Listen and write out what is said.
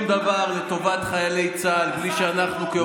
דבר לטובת חיילי צה"ל בלי שאנחנו כאופוזיציה,